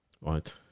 Right